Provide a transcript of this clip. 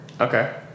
Okay